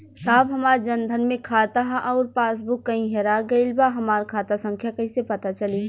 साहब हमार जन धन मे खाता ह अउर पास बुक कहीं हेरा गईल बा हमार खाता संख्या कईसे पता चली?